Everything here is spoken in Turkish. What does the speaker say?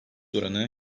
oranı